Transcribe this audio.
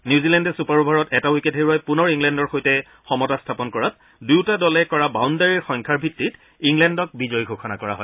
নিউজিলেণ্ডে super অভাৰত এটা wicket হেৰুৱাই পুনৰ ইংলেণ্ডৰ সৈতে সমতা স্থাপন কৰাত দুয়োটা দলে কৰা বাউণ্ডেৰীৰ সংখ্যাৰ ভিত্তিত ইংলেণ্ডক বিজয়ী ঘোষণা কৰা হয়